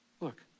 Look